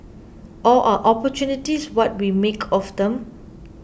or are opportunities what we make of them